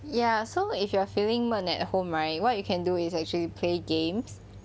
ya so if you are feeling 闷 at home right what you can do is actually play games